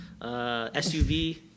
SUV